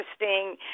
interesting